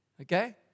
okay